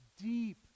deep